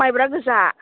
माइब्रा गोजा